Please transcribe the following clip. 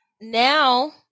Now